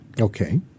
Okay